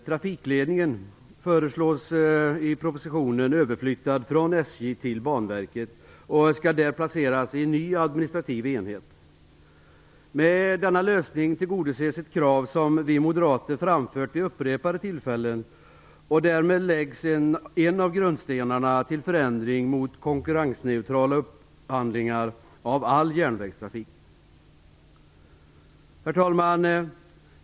till Banverket och skall där placeras i en ny administrativ enhet. Med en sådan lösning tillgodoses ett krav som vi moderater framfört vid upprepade tillfällen. Därmed läggs en av grundstenarna till en förändring i riktning mot konkurrensneutral upphandling av all järnvägstrafik. Herr talman!